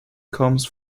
comes